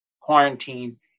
quarantine